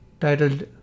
titled